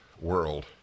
world